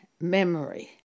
memory